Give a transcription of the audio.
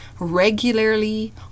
regularly